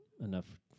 enough